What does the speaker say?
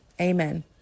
Amen